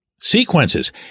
sequences